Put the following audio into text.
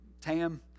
Tam